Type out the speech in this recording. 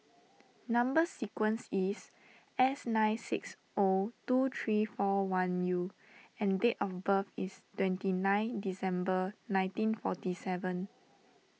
Number Sequence is S nine six O two three four one U and date of birth is twenty nine December nineteen forty seven